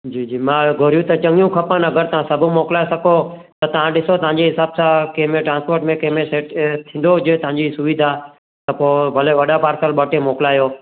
जी जी मां गोरियूं त चङियूं खपनि अगरि तव्हां सभु मोकिलाए सघो त तव्हां ॾिसो तव्हांजे हिसाब सां कंहिं में ट्रांस्पोर्ट में कंहिं में सेट थींदो हुजे तव्हांजी सुविधा त पोइ भले वॾा पार्सल ॿ टे मोकिलायो